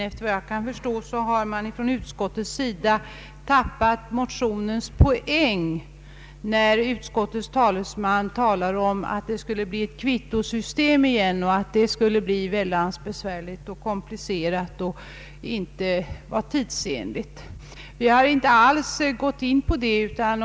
Efter vad jag kan förstå har utskottet tappat motionens poäng, när utskottets talesman säger att det åter skulle bli ett kvittosystem, vilket skulle bli väldigt besvärligt, komplicerat och otidsenligt. Vi motionärer har dock inte alls föreslagit något sådant.